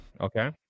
Okay